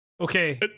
Okay